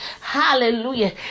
Hallelujah